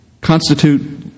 constitute